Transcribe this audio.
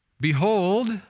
Behold